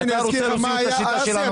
אסי,